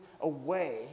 away